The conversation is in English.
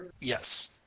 Yes